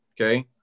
Okay